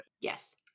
Yes